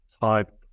type